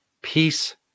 Peace